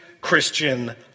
Christian